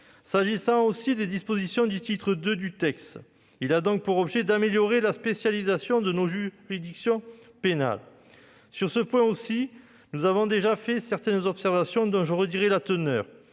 Par ailleurs, le titre II du texte a pour objet d'améliorer la spécialisation de nos juridictions pénales. Sur ce point aussi, nous avons déjà fait certaines observations dont je redirai la teneur,